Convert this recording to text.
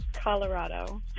Colorado